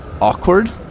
awkward